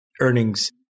earnings